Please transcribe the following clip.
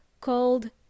called